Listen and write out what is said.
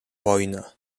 wojnę